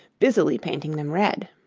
busily painting them red.